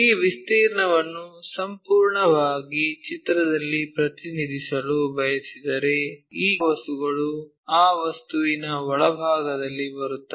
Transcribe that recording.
ಈ ವಿಸ್ತೀರ್ಣವನ್ನು ಸಂಪೂರ್ಣವಾಗಿ ಚಿತ್ರದಲ್ಲಿ ಪ್ರತಿನಿಧಿಸಲು ಬಯಸಿದರೆ ಈ ವಸ್ತುಗಳು ಆ ವಸ್ತುವಿನ ಒಳಭಾಗದಲ್ಲಿ ಬರುತ್ತವೆ